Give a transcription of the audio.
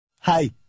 Hi